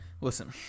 Listen